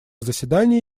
заседание